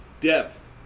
depth